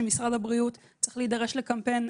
שמשרד הבריאות צריך להידרש לקמפיין,